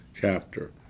chapter